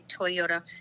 Toyota